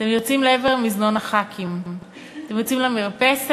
אתם יוצאים לעבר מזנון הח"כים, אתם יוצאים למרפסת,